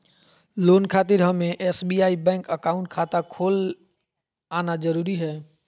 Loan खातिर हमें SBI bank account खाता खोल आना जरूरी है?